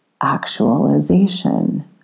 actualization